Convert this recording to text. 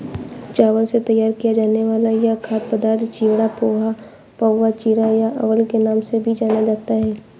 चावल से तैयार किया जाने वाला यह खाद्य पदार्थ चिवड़ा, पोहा, पाउवा, चिरा या अवल के नाम से भी जाना जाता है